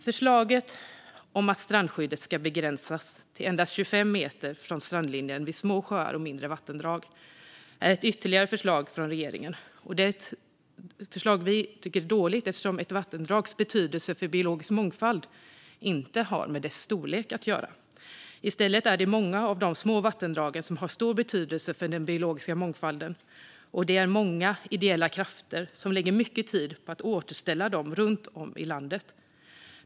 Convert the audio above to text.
Förslaget om att strandskyddet ska begränsas till endast 25 meter från strandlinjen vid små sjöar och mindre vattendrag är ytterligare ett förslag från regeringen. Det är ett dåligt förslag eftersom ett vattendrags betydelse för biologisk mångfald inte har med dess storlek att göra. I stället är det många av de små vattendragen som har stor betydelse för den biologiska mångfalden, och det är många ideella krafter som lägger mycket tid på att återställa dem runt om i landet.